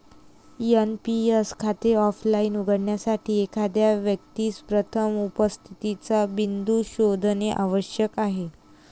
NPS खाते offline उघडण्यासाठी, एखाद्या व्यक्तीस प्रथम उपस्थितीचा बिंदू शोधणे आवश्यक आहे